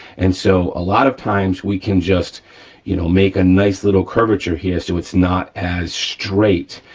and so a lot of times we can just you know make a nice little curvature here, so it's not as straight,